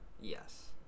yes